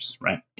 right